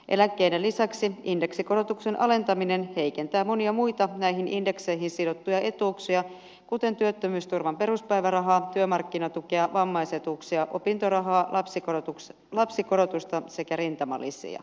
eläkkeiden lisäksi indeksikorotuksen alentaminen heikentää monia muita näihin indekseihin sidottuja etuuksia kuten työttömyysturvan peruspäivärahaa työmarkkinatukea vammaisetuuksia opintorahaa lapsikorotusta sekä rintamalisiä